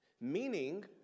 meaning